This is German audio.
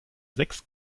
sechs